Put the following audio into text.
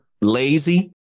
lazy